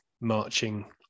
marching